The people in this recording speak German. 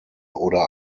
oder